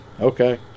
Okay